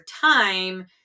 time